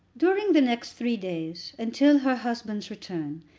during the next three days, and till her husband's return,